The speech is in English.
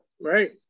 right